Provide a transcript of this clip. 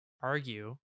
argue